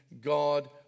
God